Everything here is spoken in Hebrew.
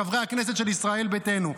חברי הכנסת של ישראל ביתנו?